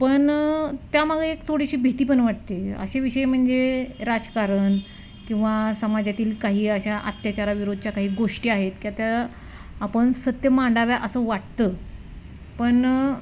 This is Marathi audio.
पण त्यामागे एक थोडीशी भीती पण वाटते असे विषय म्हणजे राजकारण किंवा समाजातील काही अशा अत्याचाराविरोधाच्या काही गोष्टी आहेत किंवा त्या आपण सत्य मांडाव्या असं वाटतं पण